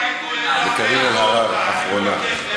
אני רוצה לשמוע את, וקארין אלהרר, אחרונה.